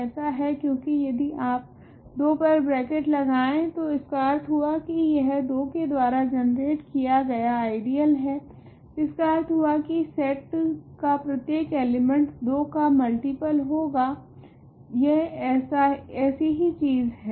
ऐसा है क्योकि यदि आप 2 पर ब्रैकेट लगाए तो इसका अर्थ हुआ की यह 2 के द्वारा जनरेट किया गया आइडियल है इसका अर्थ हुआ की सेट का प्रत्येक एलिमेंट 2 का मुल्टिप्ल होगा यह ऐसी ही चीज है